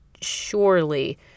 surely